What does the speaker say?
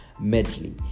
Medley